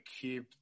keep